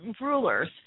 rulers